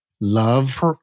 love